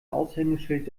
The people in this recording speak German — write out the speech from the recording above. aushängeschild